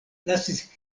lasis